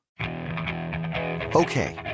Okay